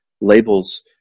labels